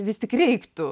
vis tik reiktų